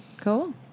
Cool